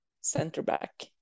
centre-back